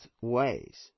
ways